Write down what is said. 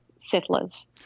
settlers